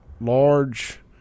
large